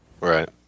Right